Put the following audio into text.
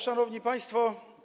Szanowni Państwo!